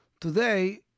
today